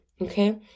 okay